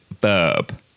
verb